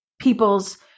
people's